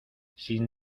sin